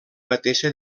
mateixa